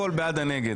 הנגד.